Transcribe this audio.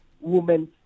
women